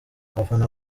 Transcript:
abafana